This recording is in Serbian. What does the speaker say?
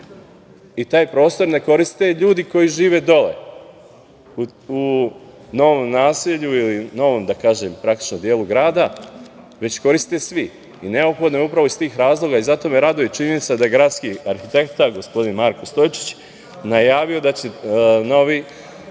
Taj prostor ne koriste ljudi koji žive dole u novom naselju ili novom delu grada, već koriste svi i neophodno je upravo iz tih razloga. Zato me raduje činjenica da je gradski arhitekta, gospodin Marko Stojčić najavio da će sledeće